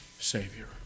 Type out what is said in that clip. savior